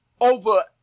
over